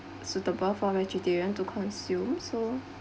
suitable for vegetarian to consume so